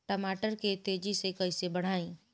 टमाटर के तेजी से कइसे बढ़ाई?